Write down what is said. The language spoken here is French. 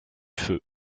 feu